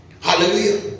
Hallelujah